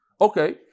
Okay